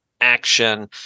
action